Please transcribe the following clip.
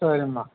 சரிம்மா